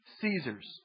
Caesar's